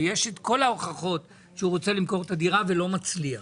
ויש את כל ההוכחות לכך שהוא רוצה למכור את הדירה ולא מצליח.